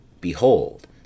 behold